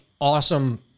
awesome